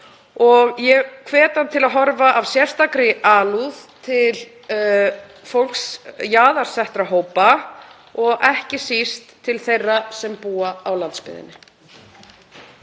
ég hvet hann til að horfa af sérstakri alúð til jaðarsettra hópa og ekki síst til þeirra sem búa á landsbyggðinni.